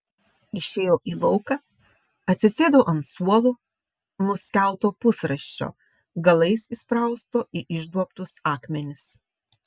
išėjo į lauką atsisėdo ant suolo nuskelto pusrąsčio galais įsprausto į išduobtus akmenis